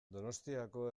donostiako